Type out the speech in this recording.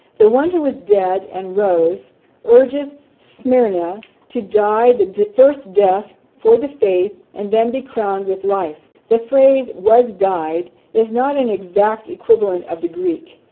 the one who was dead and rose urges smyrna to die the first death for the faith and then be crowned with life. the phrase was died is not an exact equivalent of the greek.